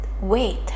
wait